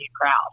crowd